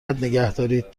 نگهدارید